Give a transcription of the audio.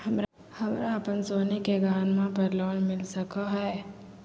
हमरा अप्पन सोने के गहनबा पर लोन मिल सको हइ?